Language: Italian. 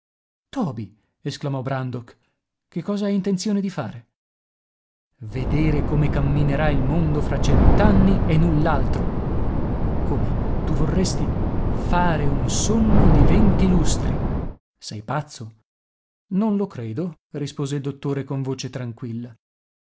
toby esclamò brandok che cosa hai intenzione di fare vedere come camminerà il mondo fra cent'anni e null'altro come tu vorresti fare un sonno di venti lustri sei pazzo non lo credo rispose il dottore con voce tranquilla